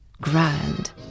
Grand